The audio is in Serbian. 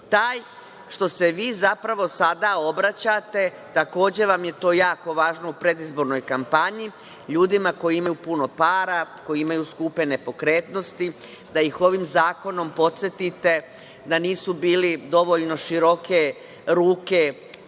taj što se vi, zapravo, sada obraćate, takođe vam je to jako važno u predizbornoj kampanji, ljudima koji imaju puno para, koji imaju skupe nepokretnosti, da ih ovim zakonom podsetite da nisu bili dovoljno široke ruke